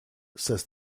says